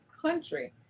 country